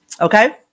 Okay